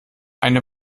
eine